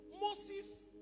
Moses